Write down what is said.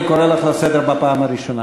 אני קורא אותך לסדר בפעם הראשונה.